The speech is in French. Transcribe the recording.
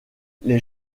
les